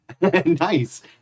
nice